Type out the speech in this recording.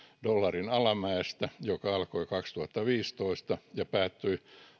alamäestä joka alkoi kaksituhattaviisitoista ja päättyi